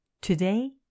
Today